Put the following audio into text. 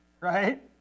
Right